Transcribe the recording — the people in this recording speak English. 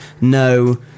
no